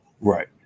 Right